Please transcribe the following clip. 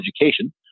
education